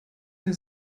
der